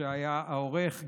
שהיה העורך,